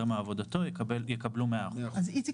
אלו יקבלו 100%. איציק,